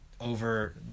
over